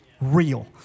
real